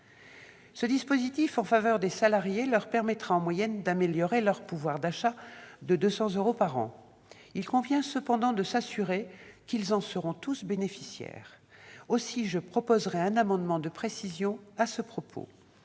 Ce dispositif en faveur des salariés leur permettra, en moyenne, d'améliorer leur pouvoir d'achat de 200 euros par an. Il convient cependant de s'assurer qu'ils en seront tous bénéficiaires. Aussi, je proposerai un amendement de précision sur ce point.